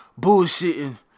bullshitting